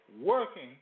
working